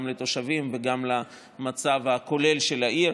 גם לתושבים וגם למצב הכולל של העיר.